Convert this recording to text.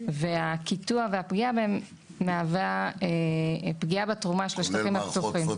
והקיטוע והפגיעה בהם מהווים פגיעה בתרומה של השטחים הפתוחים.